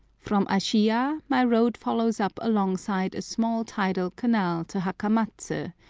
from ashiyah my road follows up alongside a small tidal canal to hakamatsu,